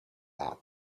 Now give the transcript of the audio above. that